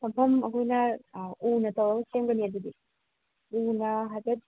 ꯐꯝꯐꯝ ꯑꯩꯈꯣꯏꯅ ꯑꯥ ꯎꯅ ꯇꯧꯔꯒ ꯁꯦꯝꯒꯅꯤ ꯑꯗꯨꯗꯤ ꯎꯅ ꯍꯥꯏꯐꯦꯠ